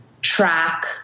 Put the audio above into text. track